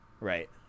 right